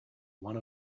one